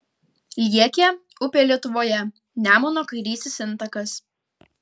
liekė upė lietuvoje nemuno kairysis intakas